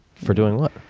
for doing what?